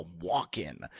walk-in